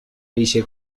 一些